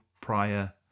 prior